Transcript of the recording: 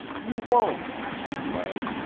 you won't! she cried.